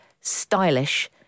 stylish